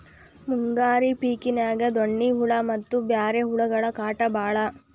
ಮುಂಗಾರಿ ಪಿಕಿನ್ಯಾಗ ಡೋಣ್ಣಿ ಹುಳಾ ಮತ್ತ ಬ್ಯಾರೆ ಹುಳಗಳ ಕಾಟ ಬಾಳ